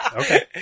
Okay